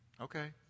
Okay